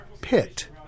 pit